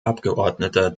abgeordneter